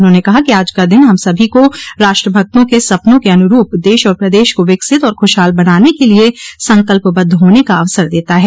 उन्होंने कहा कि आज का दिन हम सभी को राष्ट्र भक्तों के सपनों के अनुरूप देश और प्रदेश को विकसित और ख्रशहाल बनाने के लिए संकल्पबद्ध होने का अवसर देता है